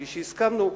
כפי שהסכמנו,